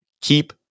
keep